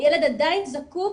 הילד עדיין זקוק